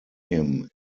him